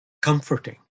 comforting